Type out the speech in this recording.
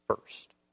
first